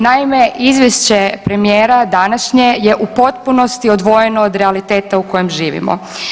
Naime, izvješće premijera današnje je u potpunosti odvojeno od realiteta u kojem živimo.